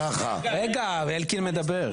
רגע, אלקין מדבר.